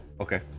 Okay